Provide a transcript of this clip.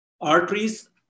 arteries